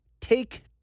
take